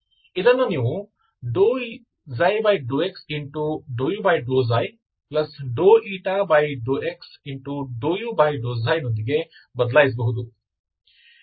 ಇದನ್ನು ನೀವು ∂x∂u ∂x∂u ನೊಂದಿಗೆ ಬದಲಾಯಿಸಬಹುದು